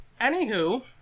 anywho